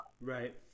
Right